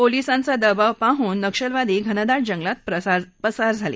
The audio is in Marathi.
पोलिसांचा दबाव पाहून नक्षलवादी घनदाट जंगलात पसार झाले